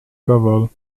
cavalo